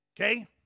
Okay